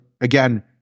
again